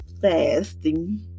fasting